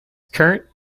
current